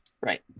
right